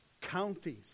counties